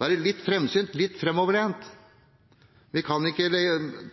være litt framsynt, litt framoverlent. Vi kan ikke